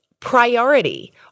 priority